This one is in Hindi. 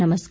नमस्कार